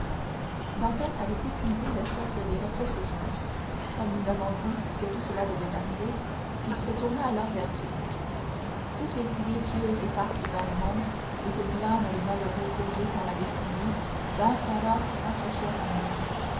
dantès avait épuisé le cercle des ressources humaines comme nous avons dit que cela devait arriver il se tourna alors vers dieu toutes les idées pieuses éparses dans le monde et que glanent les malheureux courbés par la destinée vinrent alors rafraîchir son esprit